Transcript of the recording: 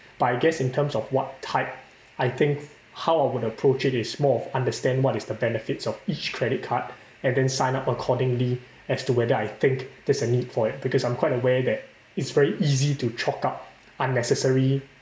but I guess in terms of what type I think how I'm gonna approach it is more of understand what is the benefits of each credit card and then sign up accordingly as to whether I think there's a need for it because I'm quite aware that it's very easy to chalk up unnecessary